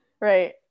Right